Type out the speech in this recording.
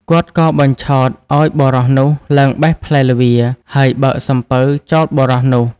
គាត់ក៏បញ្ឆោតឱ្យបុរសនោះឡើងបេះផ្លែល្វា ហើយបើកសំពៅចោលបុរសនោះ។